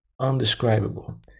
undescribable